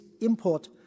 import